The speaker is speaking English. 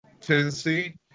Tennessee